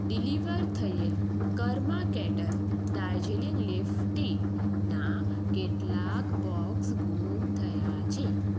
deliver થયેલ Karma Kettle Darjeeling leaf tea નાં કેટલાક બોક્સ ગુમ થયાં છે